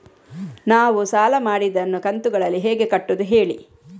ನಾವು ಸಾಲ ಮಾಡಿದನ್ನು ಕಂತುಗಳಲ್ಲಿ ಹೇಗೆ ಕಟ್ಟುದು ಹೇಳಿ